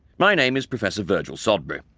my name is professor virgil sodbury,